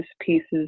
pieces